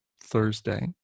thursday